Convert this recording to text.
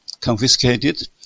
confiscated